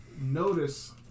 notice